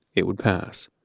it would pass.